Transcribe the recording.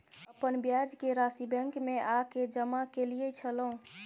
अपन ब्याज के राशि बैंक में आ के जमा कैलियै छलौं?